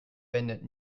wendet